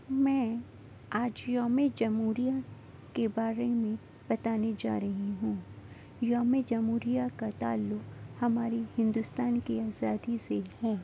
میں آج یوم جمہوریہ کے بارے میں بتانے جا رہی ہوں یوم جمہوریہ کا تعلق ہماری ہندوستان کے آزادی سے ہے